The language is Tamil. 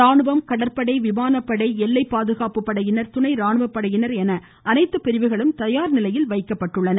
ராணுவம் கடற்படை விமானப்படை எல்லை பாதுகாப்பு படையினர் துணை ராணுவப்படையினர் என அனைத்து பிரிவுகளும் தயார்நிலையில் வைக்கப்பட்டுள்ளன